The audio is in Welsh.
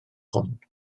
hwn